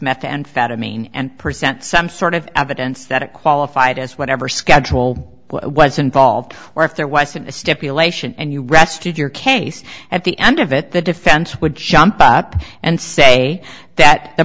methamphetamine and present some sort of evidence that a qualified as whatever schedule was involved or if there was a stipulation and you rest your case at the end of it the defense would jump up and say that the